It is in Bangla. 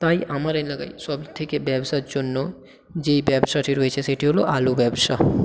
তাই আমার এলাকায় সবথেকে ব্যবসার জন্য যেই ব্যবসাটি রয়েছে সেটি হলো আলু ব্যবসা